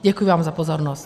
Děkuji vám za pozornost.